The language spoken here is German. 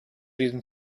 diesem